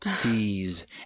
D's